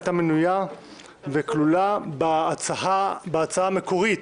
הייתה מנויה וכלולה בהצעה המקורית,